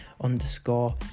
underscore